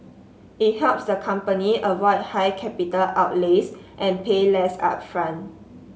it helps the company avoid high capital outlays and pay less upfront